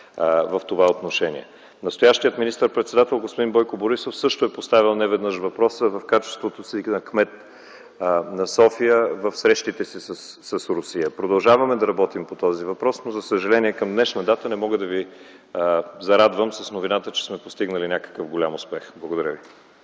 в това отношение. Настоящият министър-председател господин Бойко Борисов също е поставял неведнъж въпроса, в качеството си на кмет на София, в срещите си с Русия. Продължаваме да работим по този въпрос, но за съжаление към днешна дата не мога да Ви зарадвам с новината, че сме постигнали някакъв голям успех. Благодаря ви.